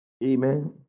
Amen